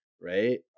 right